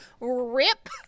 rip